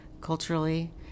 culturally